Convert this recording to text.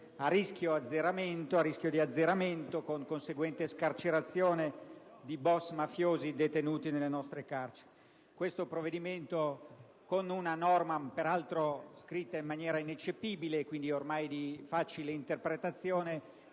a rischio di azzeramento, con conseguente scarcerazione di boss mafiosi detenuti nelle nostre carceri. Questo provvedimento, con una norma peraltro scritta in maniera ineccepibile e quindi di facile interpretazione,